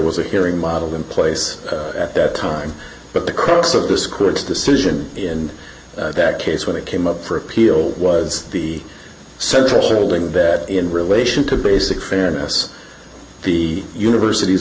was a hearing modeled in place at that time but the crux of this court's decision in that case when it came up for appeal was the central shareholding that in relation to basic fairness the university's